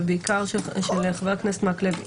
ובעיקר של חה"כ מקלב,